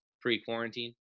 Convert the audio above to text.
pre-quarantine